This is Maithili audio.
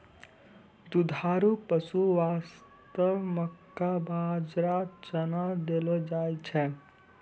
दुधारू पशु वास्तॅ मक्का, बाजरा, चना देलो जाय छै